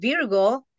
Virgo